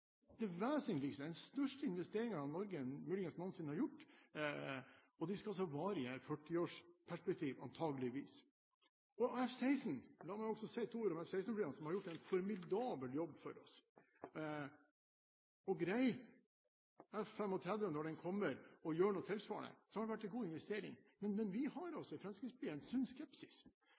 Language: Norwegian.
den vesentligste og største investeringen Norge muligens noensinne har gjort, og flyene skal vare i et 40-årsperspektiv, antakeligvis. La meg også si to ord om F-16-flyene, som har gjort en formidabel jobb for oss. Greier F-35, når de kommer, å gjøre noe tilsvarende, har det vært en god investering. Men vi i Fremskrittspartiet har altså en sunn skepsis,